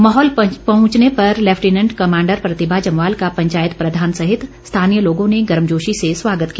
मौहल पहुंचने पर lieutenant commander Pratibha Jamwal का पंचायत प्रधान सहित स्थानीय लोगों ने गर्मजोशी से स्वागत किया